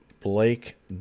Blake